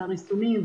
הריסונים,